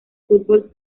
fútbol